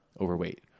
overweight